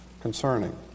concerning